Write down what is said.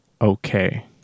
okay